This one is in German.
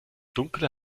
dunkle